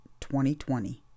2020